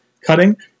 cutting